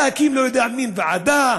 להקים, לא יודע, מין ועדה,